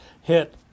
hit